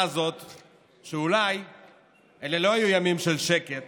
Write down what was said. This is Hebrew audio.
הזאת היא שאולי אלה לא היו ימים של שקט